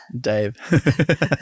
Dave